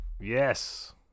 Yes